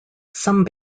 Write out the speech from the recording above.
some